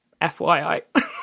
FYI